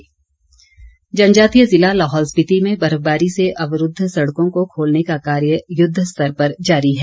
SVEEP कार्यक्रम जनजातीय जिला लाहौल स्पीति में बर्फबारी से अवरूद्व सड़कों को खोलने का कार्य युद्ध स्तर पर जारी है